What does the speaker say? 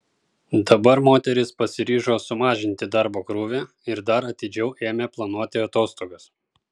dabar moteris pasiryžo sumažinti darbo krūvį ir dar atidžiau ėmė planuoti atostogas